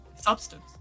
substance